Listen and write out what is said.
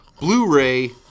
Blu-ray